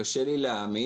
קשה לי להאמין.